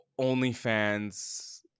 OnlyFans